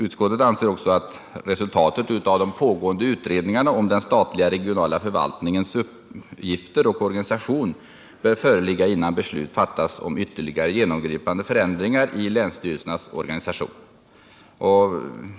Utskottet anser också att resultatet av de pågående utredningarna om den statliga och regionala förvaltningens uppgifter och organisation bör föreligga, innan beslut fattas om ytterligare genomgripande förändringar i länsstyrelsernas organisation.